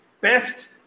best